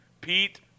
Pete